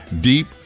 deep